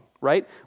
right